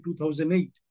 2008